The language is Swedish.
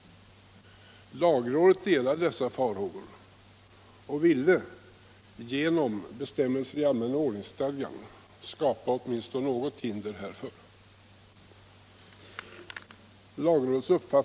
Lagrådet delade dessa farhågor och ville genom bestämmetlser i allmänna ordningsstadgan skapa åtminstone något hinder härför.